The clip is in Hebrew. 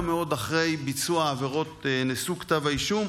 מאוד אחרי ביצוע העבירות נשואות כתב האישום,